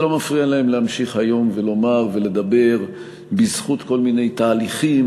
זה לא מפריע להם להמשיך היום ולומר ולדבר בזכות כל מיני תהליכים